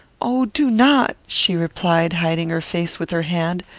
oh, do not, she replied, hiding her face with her hand.